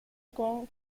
con